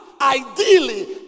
ideally